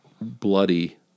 bloody